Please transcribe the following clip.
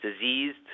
diseased